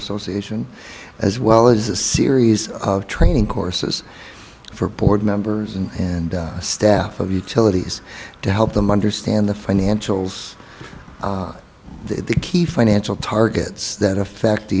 asian as well as a series of training courses for board members and staff of utilities to help them understand the financials the key financial targets that affect